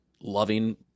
loving